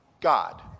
God